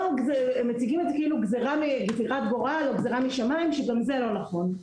הם מציגים את זה כגזירת גורל או גזירה משמיים וגם זה לא נכון,